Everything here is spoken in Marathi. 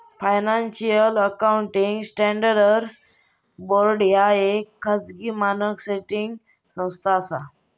फायनान्शियल अकाउंटिंग स्टँडर्ड्स बोर्ड ह्या येक खाजगी मानक सेटिंग संस्था असा